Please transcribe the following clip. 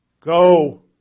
Go